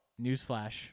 newsflash